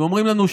ואומרים לנו,